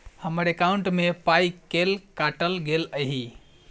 हम्मर एकॉउन्ट मे पाई केल काटल गेल एहि